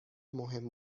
مهم